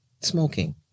smoking